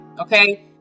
Okay